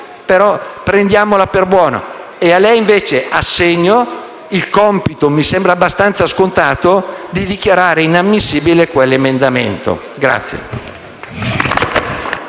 Prendiamola per buona e a lei invece assegno il compito, che mi sembra abbastanza scontato, di dichiarare inammissibile quell'emendamento.